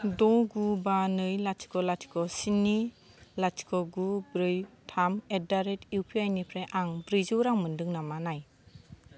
द' गु बा नै लाथिख लाथिख स्नि लाथिख गु ब्रै थाम एदारेत उ पि आइ निफ्राय आं ब्रैजौ रां मोन्दों नामा नाय